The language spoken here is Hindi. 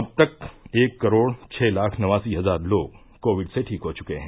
अब तक एक करोड छह लाख नवासी हजार लोग कोविड से ठीक हो चुके हैं